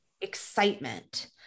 excitement